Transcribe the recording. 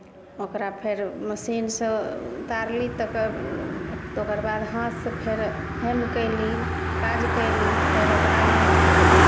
ओकरा फेर मशीनसँ उतारली तऽ तकर बाद हाथसँ फेर हेम कयली काज कयली फेर ओकरामे